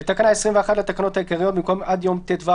ביטול תקנה 6א תקנה 6א לתקנות העיקריות, בטלה.